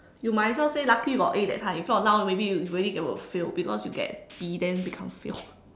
you might as well say lucky you got A that time if not now maybe you you already will fail because get B then become fail